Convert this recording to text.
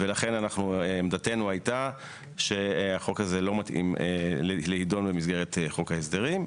ולכן עמדתנו הייתה שהחוק הזה לא מתאים לידון במסגרת חוק ההסדרים.